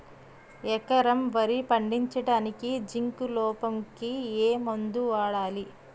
ఎకరం వరి పండించటానికి జింక్ లోపంకి ఏ మందు వాడాలి?